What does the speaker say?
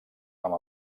amb